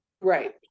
Right